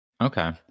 Okay